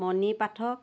মণি পাঠক